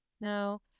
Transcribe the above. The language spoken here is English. No